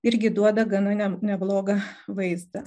irgi duoda gana ne neblogą vaizdą